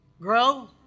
Grow